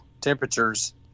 temperatures